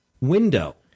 window